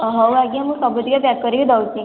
ହଉ ଆଜ୍ଞା ମୁଁ ସବୁତକ ପ୍ୟାକ୍ କରିକିଦେଉଛି